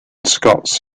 scots